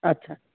अच्छा